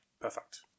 Perfect